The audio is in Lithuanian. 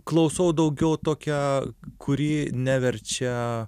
klausau daugiau tokią kuri neverčia